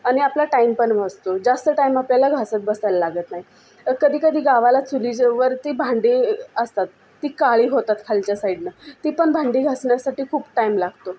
आणि आपला टाइम पण वाचतो जास्त टाइम आपल्याला घासत बसायला लागत नाही कधीकधी गावाला चुलीचे वरती भांडी असतात ती काळी होतात खालच्या साईडनं ती पण भांडी घासण्यासाठी खूप टाइम लागतो